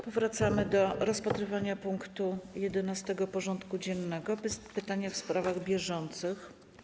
Powracamy do rozpatrywania punktu 11. porządku dziennego: Pytania w sprawach bieżących.